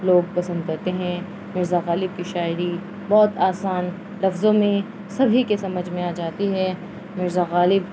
لوگ پسند کرتے ہیں مرزا غالب کی شاعری بہت آسان لفظوں میں سبھی کے سمجھ میں آ جاتی ہے مرزا غالب